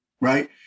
right